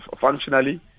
functionally